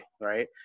right